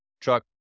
truck